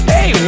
Hey